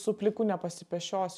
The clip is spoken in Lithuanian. su pliku nepasipėšiosi